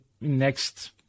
next